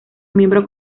miembro